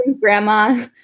grandma